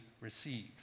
receives